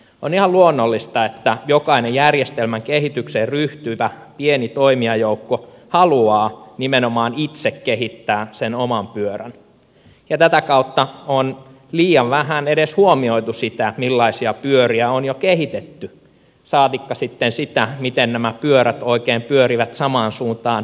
on ihan luonnollista että jokainen järjestelmän kehitykseen ryhtyvä pieni toimijajoukko haluaa nimenomaan itse kehittää sen oman pyörän ja tätä kautta on liian vähän edes huomioitu sitä millaisia pyöriä on jo kehitetty saatikka sitten sitä miten nämä pyörät oikein pyörivät samaan suuntaan muiden kanssa